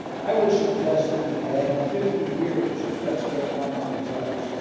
i would suggest that we've had fifty years of let's get tough on drugs